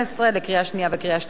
לקריאה שנייה וקריאה שלישית.